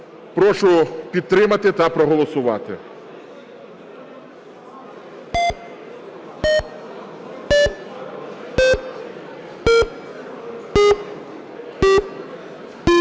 Прошу підтримати та проголосувати.